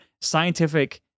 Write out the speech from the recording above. scientific